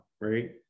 right